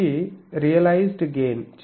ఇది realised gain